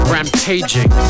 Rampaging